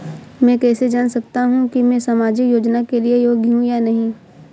मैं कैसे जान सकता हूँ कि मैं सामाजिक योजना के लिए योग्य हूँ या नहीं?